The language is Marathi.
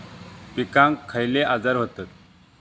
पिकांक खयले आजार व्हतत?